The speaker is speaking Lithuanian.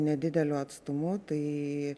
nedideliu atstumu tai